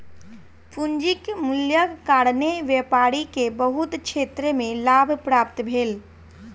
पूंजीक मूल्यक कारणेँ व्यापारी के बहुत क्षेत्र में लाभ प्राप्त भेल